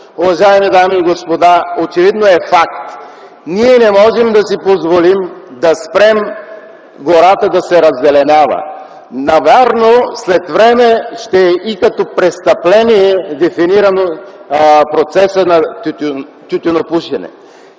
уважаеми дами и господа, очевидно е факт. Ние не можем да си позволим да спрем гората да се раззеленява. Навярно след време и като престъпление ще е дефиниран процесът на тютюнопушене.